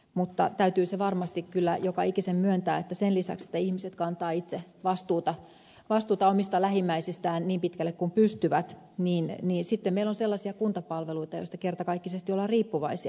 mutta täytyy se varmasti kyllä joka ikisen myöntää että sen lisäksi että ihmiset kantavat itse vastuuta omista lähimmäisistään niin pitkälle kuin pystyvät meillä on sellaisia kuntapalveluita joista kertakaikkisesti ollaan riippuvaisia